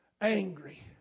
angry